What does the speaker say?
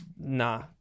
nah